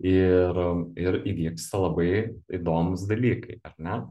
ir ir įvyksta labai įdomūs dalykai ar ne